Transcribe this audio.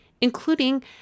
including